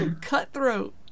Cutthroat